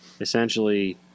essentially